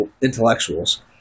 intellectuals